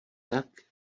tak